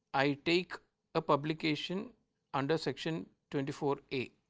i take a publication under section twenty four a,